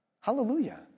Hallelujah